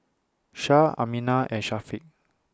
Shah Aminah and Syafiq